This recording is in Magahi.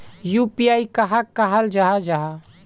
यु.पी.आई कहाक कहाल जाहा जाहा?